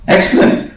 Excellent